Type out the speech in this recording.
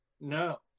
No